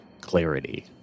clarity